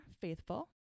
faithful